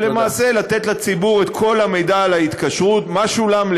ולמעשה לתת לציבור את כל המידע על ההתקשרות: מה שולם,